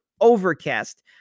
Overcast